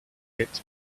gets